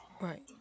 right